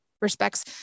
respects